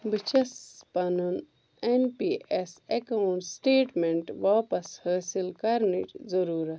بہٕ چھیٚس پنُن N P S account statement واپس حٲصل کرنٕچ ضروٗرت